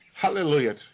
Hallelujah